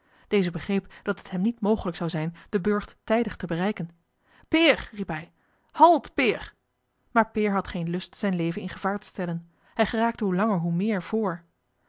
deze begreep dat het hem niet mogelijk zou zijn den burcht tijdig te bereiken peer riep hij halt peer maar peer had geen lust zijn leven in gevaar te stellen hij geraakte hoe langer hoe meer vr